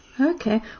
Okay